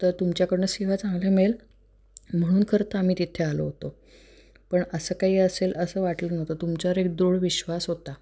तर तुमच्याकडनं सेवा चांगली मिळेल म्हणून खरं तर आम्ही तिथे आलो होतो पण असं काही असेल असं वाटलं नव्हतं तुमच्यावर एक दृढ विश्वास होता